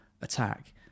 attack